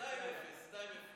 שתיים-אפס, שתיים-אפס.